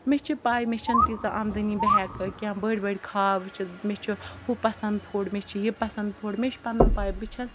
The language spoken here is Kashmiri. مےٚ چھِ پاے مےٚ چھَنہٕ تیٖژاہ زیادٕ آمدٲنی بہٕ ہیٚکہٕ کینٛہہ بٔڑۍ بٔڑۍ خاب وٕچھِتھ مےٚ چھُ ہُہ پَسَنٛد فُڈ مےٚ چھُ یہِ پَسَنٛد فُڈ مےٚ چھِ پَنُن پاے بہٕ چھَس